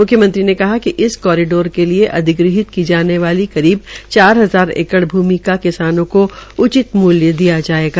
म्ख्यमंत्री ने कहा कि इस कोरिडोर के लिये अधिग्रहित की जाने वाली करीब चार हजार एकड़ भूमि का किसानों को उचित मूल्य दिया जायेगा